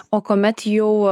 o kuomet jau